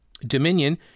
Dominion